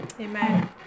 Amen